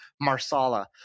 marsala